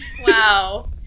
Wow